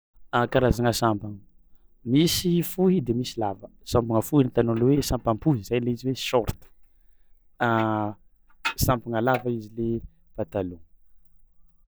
A karazagna sampagna: misy fohy de misy lava; sampagna fohy le ataon'olo hoe sampam-pohy zay le izy hoe short sampagna lava izy le patalon.